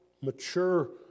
mature